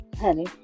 honey